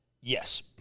Yes